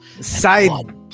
Side